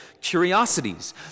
curiosities